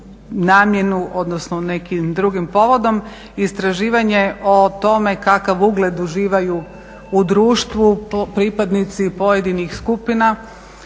namjenu, odnosno nekim drugim povodom, istraživanje o tome kakav ugled uživaju u društvu pripadnici pojedinih skupina.